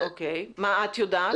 מה את יודעת?